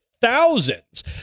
thousands